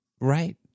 right